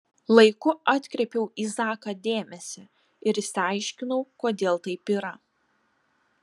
laiku atkreipiau į zaką dėmesį ir išsiaiškinau kodėl taip yra